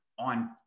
on